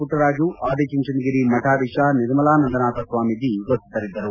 ಪುಟ್ವರಾಜು ಆದಿಚುಂಚನಗಿರಿ ಮತಾಧೀಶ ನಿರ್ಮಲಾ ನಂದಾನಾಥ ಸ್ವಾಮೀಜಿ ಉಪಸ್ವಿತರಿದ್ದರು